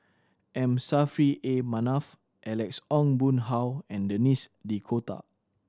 M Saffri A Manaf Alex Ong Boon Hau and Denis D'Cotta